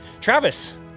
Travis